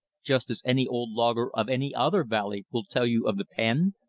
just as any old logger of any other valley will tell you of the pen,